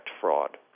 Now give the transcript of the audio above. fraud